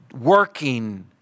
working